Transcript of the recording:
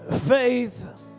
faith